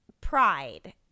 pride